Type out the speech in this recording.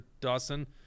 dawson